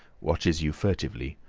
watches you furtively,